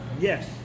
Yes